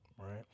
right